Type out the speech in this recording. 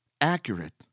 accurate